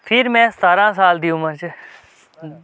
फिर में सतारां साल दी उम्र च